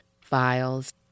files